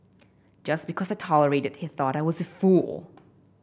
just because I tolerated he thought I was a fool